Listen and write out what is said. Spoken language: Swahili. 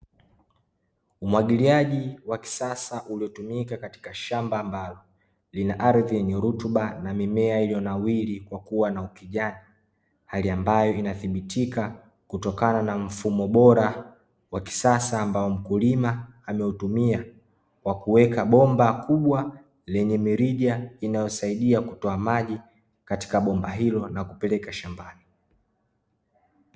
Umwagiliaji wa kisasa uliotumika katika shamba ambalo lina ardhi yenye rutuba na mimea iliyonawiri kwa kuwa na ukijani. Hali ambayo inathibitika kutokana na mfumo bora wa kisasa ambao mkulima ameutumia, kwa kuweka bomba kubwa lenye mirija inayosaidia kutoa maji katika bomba hilo na kupeleka shambani.